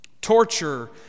Torture